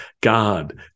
God